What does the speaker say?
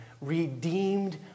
redeemed